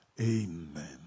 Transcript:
Amen